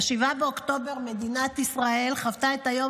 ב-7 באוקטובר מדינת ישראל חוותה את היום